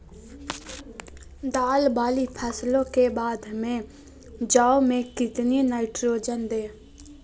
दाल वाली फसलों के बाद में जौ में कितनी नाइट्रोजन दें?